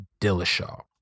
Dillashaw